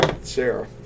Sarah